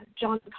John